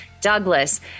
Douglas